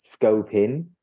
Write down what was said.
scoping